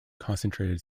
concentrated